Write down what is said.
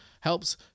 helps